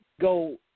go